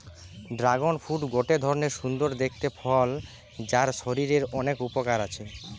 dragon fruit গটে ধরণের সুন্দর দেখতে ফল যার শরীরের অনেক উপকার আছে